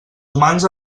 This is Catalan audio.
humans